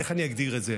איך אני אגדיר את זה?